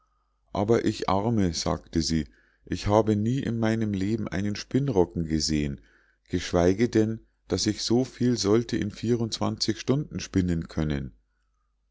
aber ich arme sagte sie ich habe nie in meinem leben einen spinnrocken gesehen geschweige denn daß ich so viel sollte in vier und zwanzig stunden spinnen können